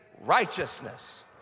righteousness